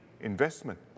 investment